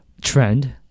trend